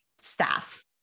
staff